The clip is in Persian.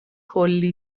کلی